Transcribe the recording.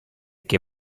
che